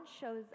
shows